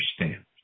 understand